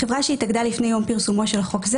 "(ה)חברה שהתאגדה לפני יום פרסומו של חוק זה